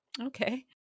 Okay